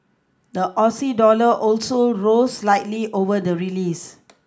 the Aussie dollar also rose slightly over the release